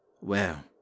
Well